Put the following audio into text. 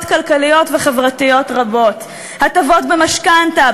כלכליות וחברתיות רבות: הטבות במשכנתה,